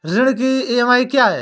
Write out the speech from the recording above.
ऋण की ई.एम.आई क्या है?